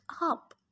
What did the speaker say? up